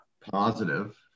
positive